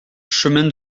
chemin